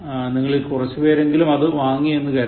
നിങ്ങളിൽ കുറച്ചുപേരെങ്കിലും അത് വാങ്ങി എന്ന് കരുതുന്നു